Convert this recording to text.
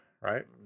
right